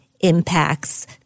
impacts